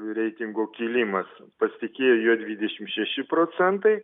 reitingo kilimas pasitikėjo juo dvidešim šeši procentai